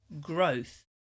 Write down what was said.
growth